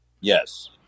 Yes